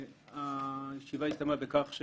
הישיבה הסתיימה בכך,